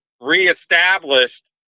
reestablished